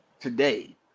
today